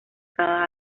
cada